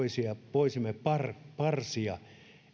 voisimme parsia